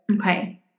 okay